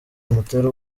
bimutera